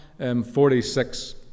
46